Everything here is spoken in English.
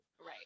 Right